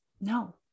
No